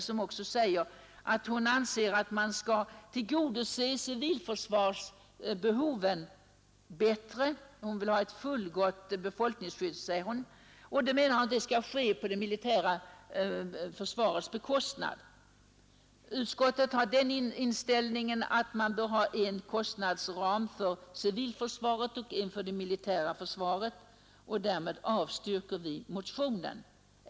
Hon anser att civilförsvarsbehoven skall tillgodoses bättre så att vi får ett fullgott befolkningsskydd. Detta bör ske på det militära försvarets bekostnad. Utskottet har samma mening som departementschefen att man bör ha en kostnadsram för civilförsvaret och en för det militära försvaret, varför utskottet avstyrker motionen.